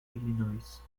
illinois